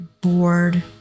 bored